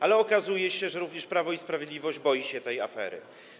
Ale okazuje się, że również Prawo i Sprawiedliwość boi się tej afery.